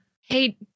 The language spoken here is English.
Hey